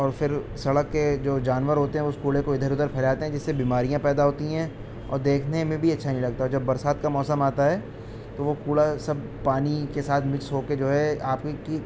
اور پھر سڑک کے جو جانور ہوتے ہیں اس کوڑے کو ادھر ادھر پھیلاتے ہیں جس سے بیماریاں پیدا ہوتی ہیں اور دیکھنے میں بھی اچھا نہیں لگتا اور جب برسات کا موسم آتا ہے تو وہ کوڑا سب پانی کے ساتھ مکس ہو کے جو ہے آپ ہی کی